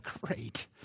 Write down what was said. Great